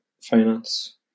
finance